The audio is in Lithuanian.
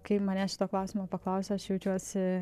kai manęs šito klausimo paklausia aš jaučiuosi